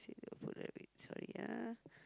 sorry ah